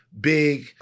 big